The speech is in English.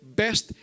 best